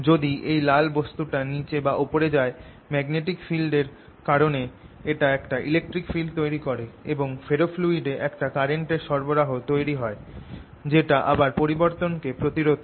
যদি এই লাল বস্তুটা নিচে বা ওপরে যায় ম্যাগনেটিক ফিল্ড এর কারনে এটা একটা ইলেকট্রিক ফিল্ড তৈরি করে এবং ফেরোফ্লুইড এ একটা কারেন্ট এর সরবরাহ তৈরি হয় যেটা আবার পরিবর্তন কে প্রতিরোধ করে